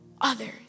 others